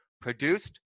produced